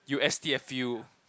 you S T F U